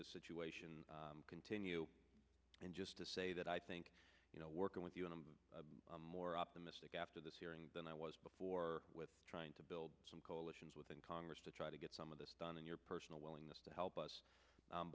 this situation continue and just to say that i think you know working with you i'm more optimistic after this hearing than i was before with trying to build some coalitions within congress to try to get some of this done in your personal willingness to help us